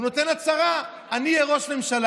והוא נותן הצהרה: אני אהיה ראש ממשלה.